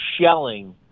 shelling